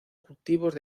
cultivos